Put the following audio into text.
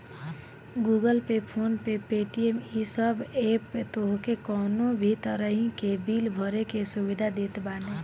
Google Pay, PhonePe, Paytm इ सब app तोहके कवनो भी तरही के बिल भरे के सुविधा देत बाने